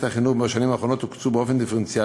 החינוך בשנים האחרונות הוקצו באופן דיפרנציאלי.